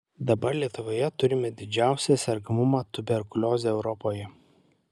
dabar lietuvoje turime didžiausią sergamumą tuberkulioze europoje